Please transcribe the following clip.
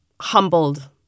humbled